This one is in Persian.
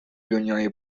دنیای